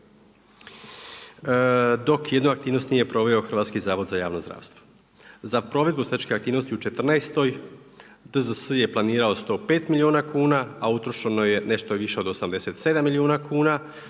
dok jednu aktivnost nije proveo Hrvatski zavod za javno zdravstvo. Za provedbu statističke aktivnosti u 2014. DZS je planirao 105 milijuna kuna a utrošeno je nešto više od 87 milijuna kuna,